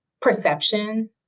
perception